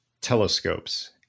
telescopes